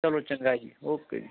ਚਲੋ ਚੰਗਾ ਜੀ ਓਕੇ ਜੀ